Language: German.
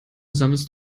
sammelst